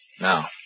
Now